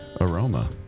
aroma